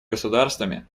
государствами